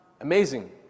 amazing